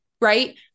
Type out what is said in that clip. right